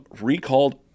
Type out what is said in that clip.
recalled